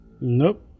Nope